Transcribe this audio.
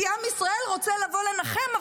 כי עם ישראל רוצה לבוא לנחם,